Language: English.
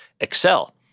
excel